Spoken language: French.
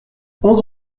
onze